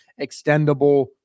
extendable